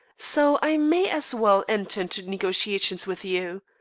so i may as well enter into negotiations with you.